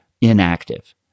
inactive